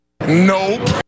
Nope